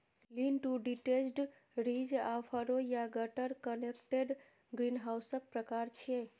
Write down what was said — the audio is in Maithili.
लीन टु डिटैच्ड, रिज आ फरो या गटर कनेक्टेड ग्रीनहाउसक प्रकार छियै